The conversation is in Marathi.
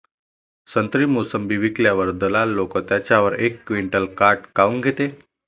संत्रे, मोसंबी विकल्यावर दलाल लोकं त्याच्यावर एक क्विंटल काट काऊन घेते?